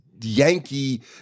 Yankee